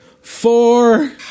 Four